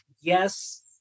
Yes